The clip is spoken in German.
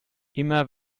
immer